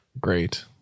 great